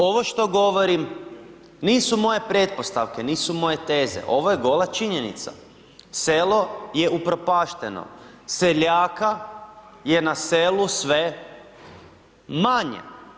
Ovo što govorim nisu moje pretpostavke, nisu moje teze, ovo je gola činjenica, selo je upropašteno, seljaka je na selu sve manje.